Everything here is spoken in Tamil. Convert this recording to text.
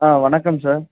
ஆ வணக்கம் சார்